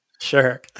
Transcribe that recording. Sure